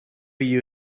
you